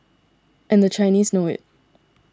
and the Chinese know it